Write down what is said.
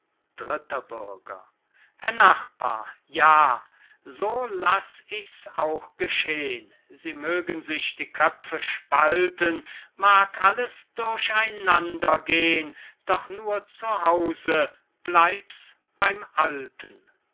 nachbar ja so laß ich's auch geschehn sie mögen sich die köpfe spalten mag alles durch einander gehn doch nur zu hause bleib's beym alten